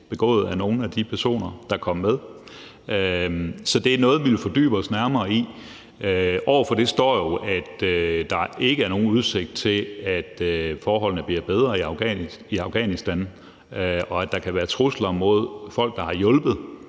begået af nogle af de personer, der kom med. Så det er noget, vi vil fordybe os mere i. Over for det står jo, at der ikke er nogen udsigt til, at forholdene bliver bedre i Afghanistan, og at der kan være trusler imod folk, der har hjulpet